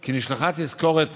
כי נשלחה תזכורת